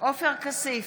עופר כסיף,